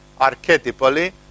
archetypally